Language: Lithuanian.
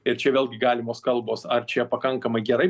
ir čia vėlgi galimos kalbos ar čia pakankamai gerai